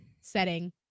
setting